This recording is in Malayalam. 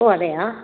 ഓ അതെയാ